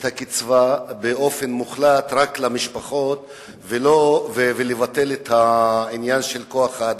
הקצבה באופן מוחלט רק למשפחות ולבטל את העניין של חברת כוח-האדם.